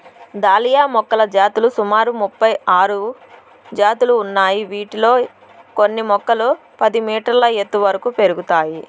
dahlia మొక్కల జాతులు సుమారు ముపై ఆరు జాతులు ఉన్నాయి, వీటిలో కొన్ని మొక్కలు పది మీటర్ల ఎత్తు వరకు పెరుగుతాయి